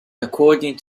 according